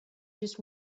just